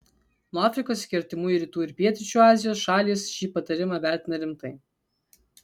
nuo afrikos iki artimųjų rytų ir pietryčių azijos šalys šį patarimą vertina rimtai